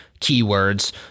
keywords